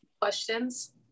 questions